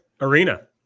arena